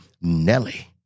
Nelly